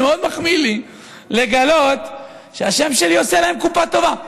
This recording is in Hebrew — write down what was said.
זה מאוד מחמיא לי לגלות שהשם שלי עושה להם קופה טובה.